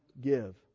give